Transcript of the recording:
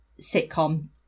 sitcom